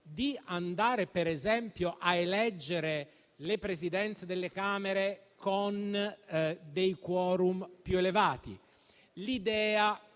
di andare, per esempio, a eleggere le Presidenze delle Camere con dei *quorum* più elevati; l'idea,